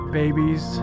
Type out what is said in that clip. babies